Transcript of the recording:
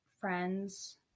friends